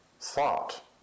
thought